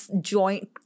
joint